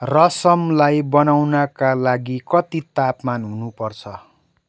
रसमलाई बनाउनका लागि कति तापमान हुनुपर्छ